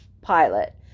pilot